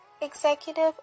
executive